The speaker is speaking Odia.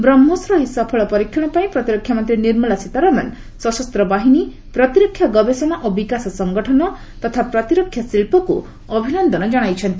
ବ୍ରହ୍ନୋସ୍ର ଏହି ସଫଳ ପରୀକ୍ଷଣ ପାଇଁ ପ୍ରତିରକ୍ଷାମନ୍ତ୍ରୀ ନିର୍ମଳା ସୀତାରମନ୍ ସଶସ୍ତ ବାହିନୀ ପ୍ରତିରକ୍ଷା ଗବେଷଣା ଓ ବିକାଶ ସଂଗଠନ ତଥା ପ୍ରତିରକ୍ଷା ଶିଳ୍ପକୁ ଅଭିନନ୍ଦନ ଜଣାଇଛନ୍ତି